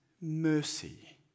mercy